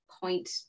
point